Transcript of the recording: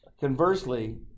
Conversely